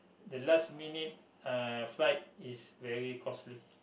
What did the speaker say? the last minute uh flight is very costly